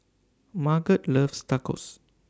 Margot loves Tacos